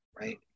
right